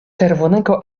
czerwonego